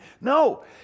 No